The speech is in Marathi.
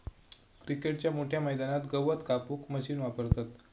क्रिकेटच्या मोठ्या मैदानात गवत कापूक मशीन वापरतत